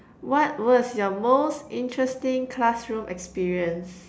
what was your most interesting classroom experience